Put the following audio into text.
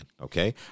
okay